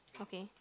okay